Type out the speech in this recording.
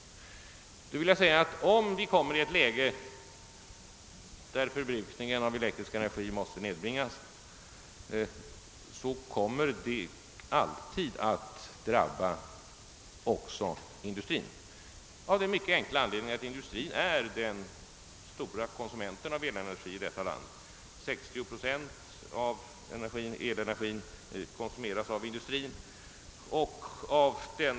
Om vi kommer i ett läge där förbrukningen av elektrisk energi måste nedbringas kommer detta alltid att drabba även industrin av den mycket enkla anledningen att industrin är den stora konsumenten av elektrisk energi. 60 procent av elenergin konsumeras av industrin.